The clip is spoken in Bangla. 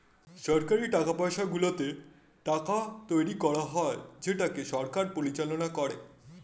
সরকারি টাকশালগুলোতে টাকা তৈরী করা হয় যেটাকে সরকার পরিচালনা করে